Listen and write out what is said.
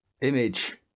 image